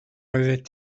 oeddet